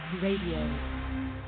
Radio